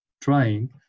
trying